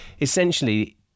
essentially